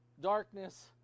darkness